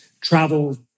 travel